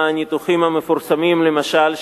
למשל,